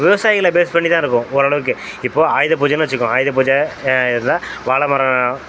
விவசாயிகளை பேஸ் பண்ணி தான் இருக்கும் ஓரளவுக்கு இப்போ ஆயுத பூஜைன்னு வெச்சிக்குவோம் ஆயுத பூஜை இதெலாம் வாழ மரம்